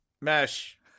mesh